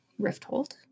Rifthold